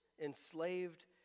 enslaved